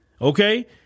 Okay